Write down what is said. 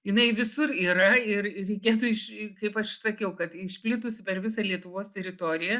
jinai visur yra ir reikėtų iš kaip aš sakiau kad išplitusi per visą lietuvos teritoriją